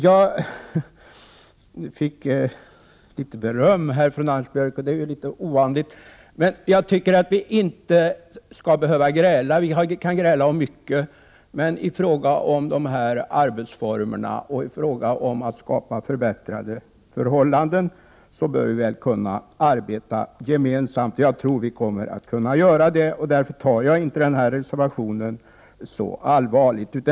Jag fick litet beröm av Anders Björck, och det är ju ovanligt. Vi kan gräla om mycket, men jag tycker att i fråga om arbetsformerna och i fråga om att skapa förbättrade arbetsförhållanden bör vi kunna arbeta gemensamt. Jag tror att vi kommer att kunna göra det, och därför tar jag inte den reservation som avgivits så allvarligt.